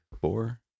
four